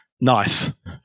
nice